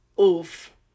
Oof